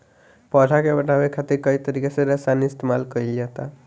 पौधा के बढ़ावे खातिर कई तरीका के रसायन इस्तमाल कइल जाता